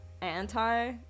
anti